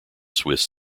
swiss